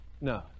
No